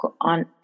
on